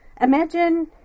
Imagine